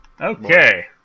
Okay